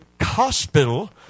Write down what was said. hospital